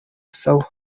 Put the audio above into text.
sawa